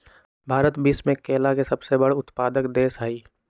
भारत विश्व में केला के सबसे बड़ उत्पादक देश हई